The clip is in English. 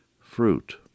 fruit